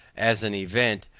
as an event,